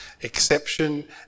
exception